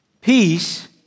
Peace